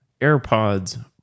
AirPods